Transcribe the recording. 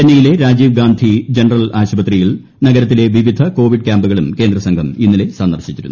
ചെന്നെയിലെ Rajiv Gandhi general ആശുപത്രിയിൽ നഗരത്തിലെ വിവിധ കോവിഡ് ക്യാമ്പുകളും കേന്ദ്ര സംഘം ഇന്നലെ സന്ദർശിച്ചിരുന്നു